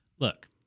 Look